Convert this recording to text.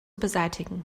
beseitigen